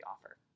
offer